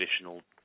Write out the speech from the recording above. traditional